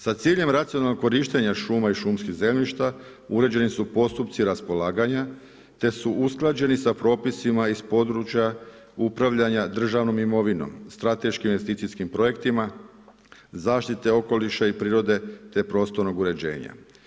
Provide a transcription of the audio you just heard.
Sa ciljem racionalnog korištenja šuma i šumskih zemljišta uređeni su postupci raspolaganja te su usklađeni sa propisima iz područja upravljanja državnom imovinom, strateškim investicijskim projektima, zaštite okoliša i prirode te prostornog uređenja.